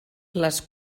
les